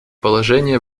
положение